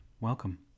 Welcome